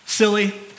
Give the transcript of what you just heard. silly